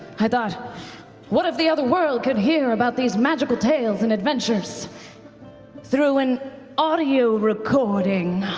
i thought what if the other world could hear about these magical tales and adventures through an audio recording?